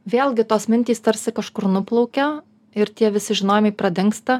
vėlgi tos mintys tarsi kažkur nuplaukia ir tie visi žinojimai pradingsta